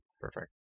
Perfect